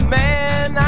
man